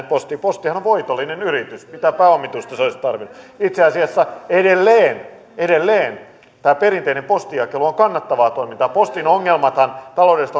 postia postihan on voitollinen yritys mitä pääomitusta se olisi tarvinnut itse asiassa edelleen edelleen tämä perinteinen postinjakelu on kannattavaa toimintaa postin taloudelliset ongelmathan